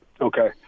Okay